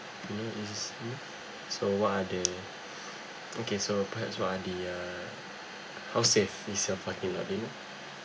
you know so what are the okay so perhaps what are the uh how safe is your parking lot being